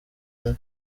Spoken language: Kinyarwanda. umwe